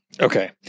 Okay